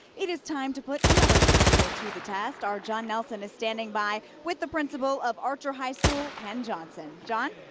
it is time to put another principal to the test. our john nelson is standing by with the principal of archer high school, ken johnson. john?